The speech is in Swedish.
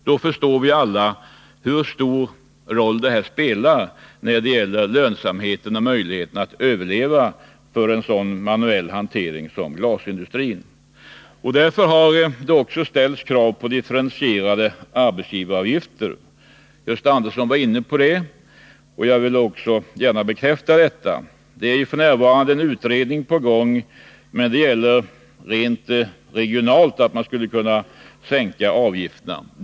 Då förstår vi alla hur stor roll denna skatt spelar när det gäller lönsamheten och möjligheterna att överleva för en sådan manuell hantering som glasindustrin. Därför har det också'ställts krav på diffenrentierade arbetsgivaravgifter. Gösta Andersson var inne på detta, och jag vill också gärna bekräfta det. F.n. är en utredning på gång, som avser att man skulle kunna sänka avgifterna regionalt.